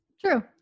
True